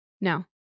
No